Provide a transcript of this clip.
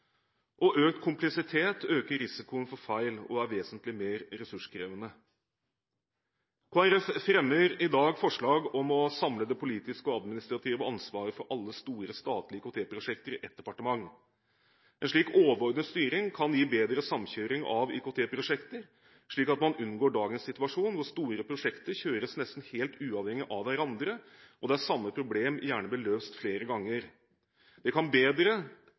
og økt kompleksitet øker risikoen for feil og er vesentlig mer ressurskrevende. Kristelig Folkeparti fremmer i dag forslag om å samle det politiske og administrative ansvaret for alle store statlige IKT-prosjekter i ett departement. En slik overordnet styring kan gi bedre samkjøring av IKT-prosjekter, slik at man unngår dagens situasjon hvor store prosjekter kjøres nesten helt uavhengig av hverandre, og der samme problem gjerne blir løst flere ganger. Det kan bedre